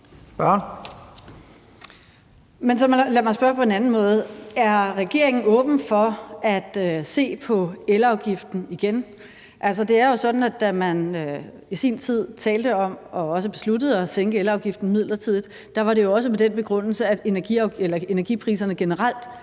Så lad mig spørge på en anden måde: Er regeringen åben for at se på elafgiften igen? Det er jo sådan, at da man i sin tid talte om og også besluttede at sænke elafgiften midlertidigt, var det jo også med den begrundelse, at energipriserne generelt